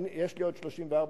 יש לי עוד 34 שניות.